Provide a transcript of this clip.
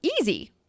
easy